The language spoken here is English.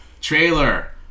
Trailer